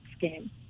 game